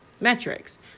metrics